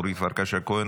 אורית פרקש הכהן,